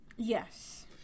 Yes